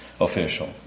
official